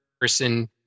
person